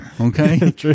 Okay